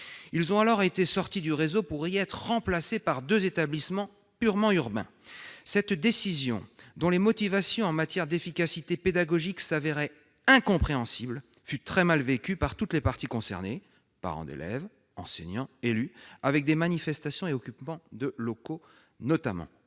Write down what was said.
Ils ont alors été sortis du réseau pour y être remplacés par deux établissements purement urbains. Cette décision, dont les motivations en matière d'efficacité pédagogique s'avéraient incompréhensibles, fut très mal vécue par toutes les parties concernées- parents d'élèves, enseignants, élus ...-, ce qui a notamment